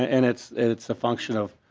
and it's it's a function of